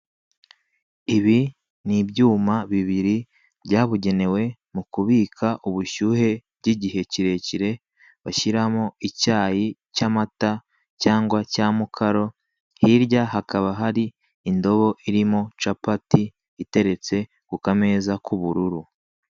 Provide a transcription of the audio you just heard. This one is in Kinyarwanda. Ibi ni ibyuma bibiri byabugenewe mu kubika ubushyuhe by'igihe kirekire, bashyiramo icyayi cy'amata cyangwa cya mukaro, hirya hakaba hari indobo irimo capati iteretse ku kameza k'ubururu.